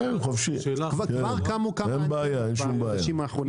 כבר קמו כמה אנטנות בחודשים האחרונים: